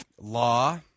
law